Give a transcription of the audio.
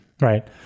Right